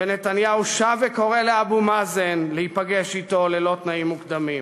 ונתניהו שב וקורא לאבו מאזן להיפגש אתו ללא תנאים מוקדמים.